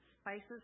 spices